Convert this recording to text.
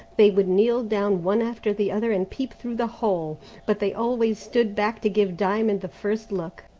they would kneel down one after the other and peep through the hole but they always stood back to give diamond the first look.